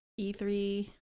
e3